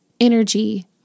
energy